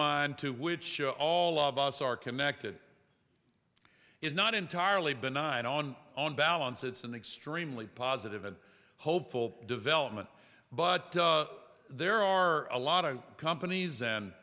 mind to which show all of us are connected it's not entirely benign on on balance it's an extremely positive and hopeful development but there are a lot of companies and